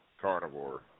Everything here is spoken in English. carnivore